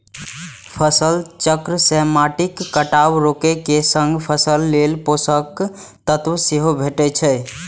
फसल चक्र सं माटिक कटाव रोके के संग फसल लेल पोषक तत्व सेहो भेटै छै